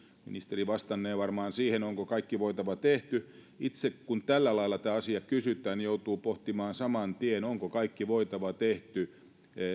ministeri vastannee varmaan siihen onko kaikki voitava tehty itse kun tällä lailla tämä asia kysytään joudun pohtimaan samantien onko kaikki voitava tehty